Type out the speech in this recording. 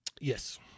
Yes